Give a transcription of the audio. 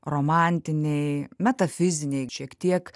romantiniai metafiziniai šiek tiek